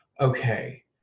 Okay